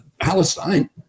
palestine